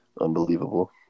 Unbelievable